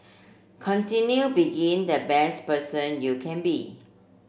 continue being the best person you can be